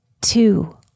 two